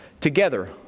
Together